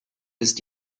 ist